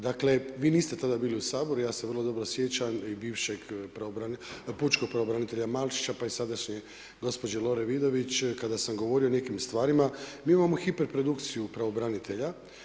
Dakle, vi niste tada bili u Saboru, ja se vrlo dobro sjećam i bivšeg pučkog pravobranitelja Malčića, pa i sadašnje gospođe Lore Vidović, kada sam govorio o nekim stvarima i imamo hiperprodukciju pravobranitelja.